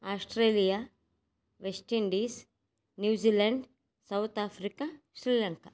Australia West Indies New Zealand South Africa Sri Lanka